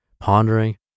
pondering